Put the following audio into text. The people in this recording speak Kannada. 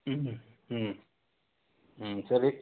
ಹ್ಞೂ ಹ್ಞೂ ಹ್ಞೂ ಹ್ಞೂ ಸರಿ